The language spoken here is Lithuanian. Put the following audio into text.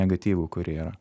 negatyvų kurie yra